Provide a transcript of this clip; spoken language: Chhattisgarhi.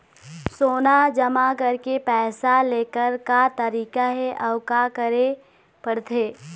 सोना जमा करके पैसा लेकर का तरीका हे अउ का करे पड़थे?